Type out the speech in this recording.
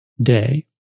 day